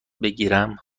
بگیرم